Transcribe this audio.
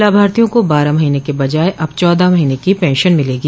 लाभार्थियों को बारह महीने के बजाय अब चौदह महीने की पेंशन मिलेगी